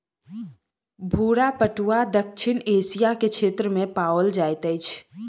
भूरा पटुआ दक्षिण एशिया के क्षेत्र में पाओल जाइत अछि